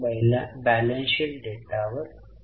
परंतु ही खरेदीची वास्तविक रक्कम असू शकत नाही